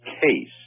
case